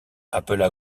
appela